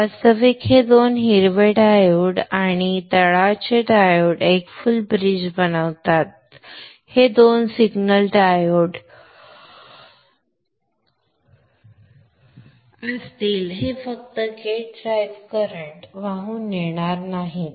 वास्तविक हे दोन हिरवे डायोड आणि तळाचे डायोड एक फुल ब्रिज बनवतात हे दोन सिग्नल डायोड असतील ते फक्त गेट ड्राइव्ह करंट वाहून नेणार नाहीत